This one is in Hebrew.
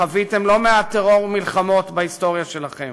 חוויתם לא מעט טרור ומלחמות בהיסטוריה שלכם,